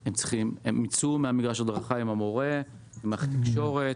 הם יצאו ממגרש ההדרכה עם המורה, עם מערכת תקשורת.